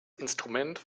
instrument